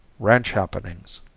ranch happenings